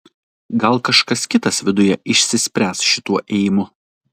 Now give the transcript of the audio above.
gal kažkas kitas viduje išsispręs šituo ėjimu